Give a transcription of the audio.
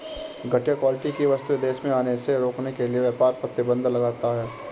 घटिया क्वालिटी की वस्तुएं देश में आने से रोकने के लिए व्यापार प्रतिबंध लगता है